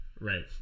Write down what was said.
Right